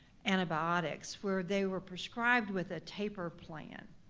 antibiotics where they were prescribed with a taper plan.